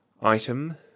Item